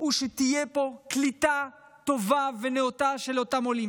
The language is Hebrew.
הוא שתהיה פה קליטה טובה ונאותה של אותם עולים.